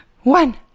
one